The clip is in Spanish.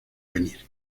venir